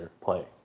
play